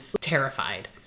terrified